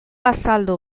azaldu